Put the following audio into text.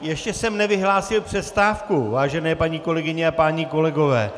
Ještě jsem nevyhlásil přestávku, vážené paní kolegyně a páni kolegové!